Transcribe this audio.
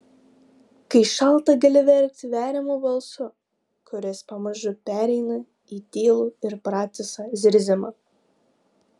kai šalta gali verkti veriamu balsu kuris pamažu pereina į tylų ir pratisą zirzimą